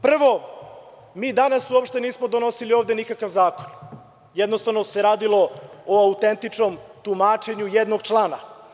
Prvo, mi danas uopšte nismo donosili ovde nikakav zakon, jednostavno se radilo o autentičnom tumačenju jednog člana.